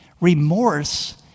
remorse